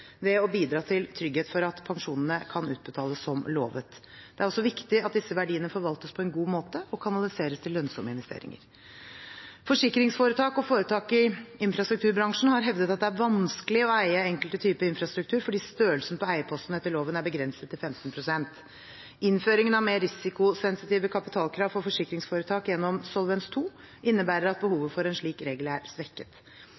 ved å bidra til trygghet for at pensjonene kan utbetales som lovet. Det er altså viktig at disse verdiene forvaltes på en god måte og kanaliseres til lønnsomme investeringer. Forsikringsforetak og foretak i infrastrukturbransjen har hevdet at det er vanskelig å eie enkelte typer infrastruktur fordi størrelsen på eierposten etter loven er blitt begrenset til 15 pst. Innføringen av mer risikosensitive kapitalkrav for forsikringsforetak gjennom Solvens II innebærer at